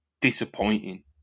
disappointing